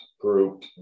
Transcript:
group